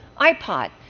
iPod